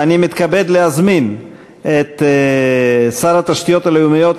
אני מתכבד להזמין את שר התשתיות הלאומיות,